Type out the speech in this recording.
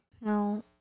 No